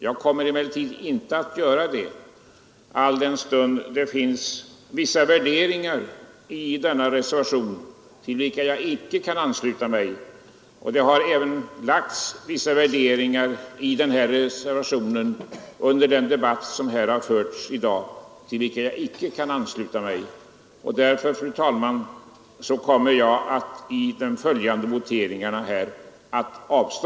Jag kommer emellertid inte att göra det alldenstund det finns vissa värderingar i denna reservation till vilka jag icke kan ansluta mig. Det har även under den debatt som förts i dag lagts vissa värderingar i den här reservationen till vilka jag icke kan ansluta mig. Därför, fru talman, kommer jag i de följande voteringarna att avstå från att rösta.